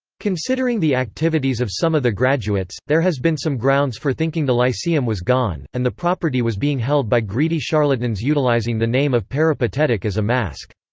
considering the activities of some of the graduates, there has been some grounds for thinking the lyceum was gone, and the property was being held by greedy charlatans utilizing the name of peripatetic as a mask.